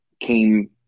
came